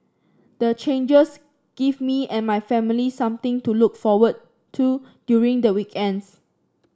the changes give me and my family something to look forward to during the weekends